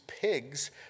pigs